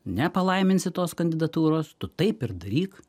nepalaiminsi kitos kandidatūros tu taip ir daryk